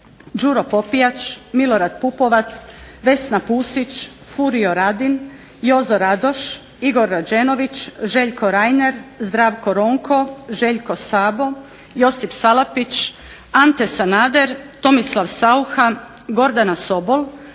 Đuro Popijač, Milorad Pupovac, Vesna Pusić, Furio Radin, Jozo Radoš, Igor Rađenović, Željko Rainer, Zdravko Ronko, Željko Sabo, Josip Salapić, Ante Sanader, Tomislav Sauha, Gordana Sobol,